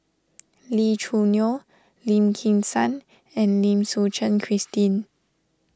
Lee Choo Neo Lim Kim San and Lim Suchen Christine